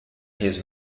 his